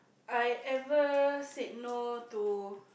I ever said no to